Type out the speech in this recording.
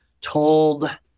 told